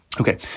Okay